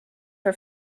for